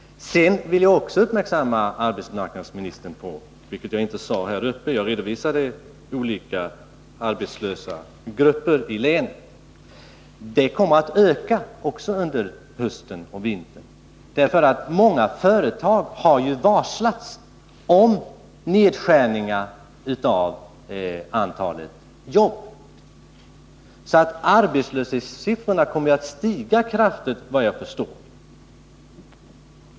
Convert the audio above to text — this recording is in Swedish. Jag vill också göra arbetsmarknadsministern uppmärksam på att arbetslösheten totalt sett kommer att öka under hösten och vintern, vilket jag inte tog upp i mitt första anförande. Jag redovisade emellertid läget beträffande olika grupper av arbetslösa i länet. Många företag har ju varslat om nedskärningar av antalet jobb. Arbetslöshetssiffrorna kommer att stiga kraftigt, efter vad jag förstår.